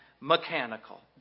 mechanical